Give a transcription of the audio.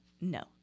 No